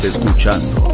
Escuchando